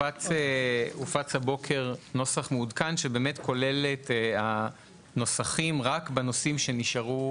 הופץ הבוקר נוסח מעודכן שבאמת כולל את הנוסחים רק בנושאים שנשארו